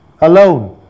alone